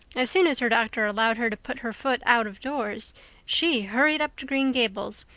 as soon as her doctor allowed her to put her foot out-of-doors she hurried up to green gables,